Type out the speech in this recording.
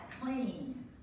clean